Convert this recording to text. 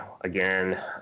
again